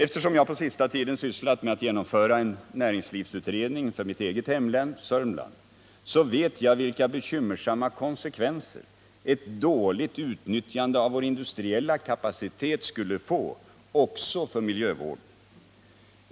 Eftersom jag på sista tiden sysslat med att genomföra en näringslivsutredning för mitt eget hemlän, Sörmland, vet jag vilka bekymmersamma konsekvenser ett dåligt utnyttjande av vår industriella kapacitet skulle få också för miljövården.